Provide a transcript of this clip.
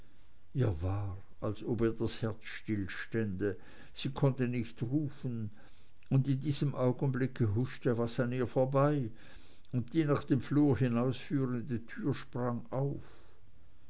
ihr war als ob ihr das herz stillstände sie konnte nicht rufen und in diesem augenblick huschte was an ihr vorbei und die nach dem flur hinausführende tür sprang auf